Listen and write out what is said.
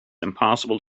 impossible